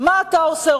מה אתה עושה,